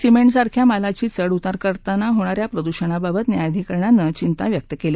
cement सारख्या मालाची चढ उतार करताना होणा या प्रदुषणाबाबत न्यायाधिकरणानं चिंता व्यक्त केली